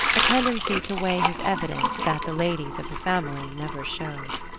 a tendency to weigh his evidence that the ladies of the family never showed.